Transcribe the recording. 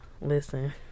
Listen